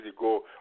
go